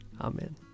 Amen